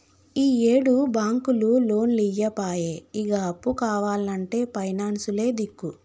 ఈయేడు బాంకులు లోన్లియ్యపాయె, ఇగ అప్పు కావాల్నంటే పైనాన్సులే దిక్కు